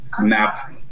map